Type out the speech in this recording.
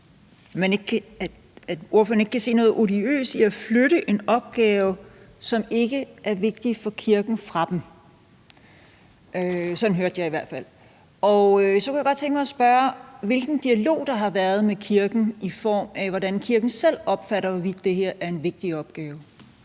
at ordføreren ikke kan se noget odiøst i at flytte en opgave, som ikke er vigtig for kirken, væk fra dem. Sådan hørte jeg det i hvert fald. Så kunne jeg godt tænke mig at spørge, hvilken dialog der har været med kirken, i forhold til hvordan kirken selv opfatter det med, hvorvidt det her er en vigtig opgave.